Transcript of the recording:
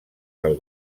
del